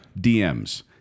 DMs